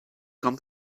come